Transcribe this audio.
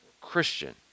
Christian